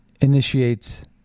initiates